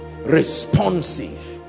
Responsive